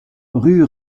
rue